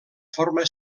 forma